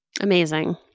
Amazing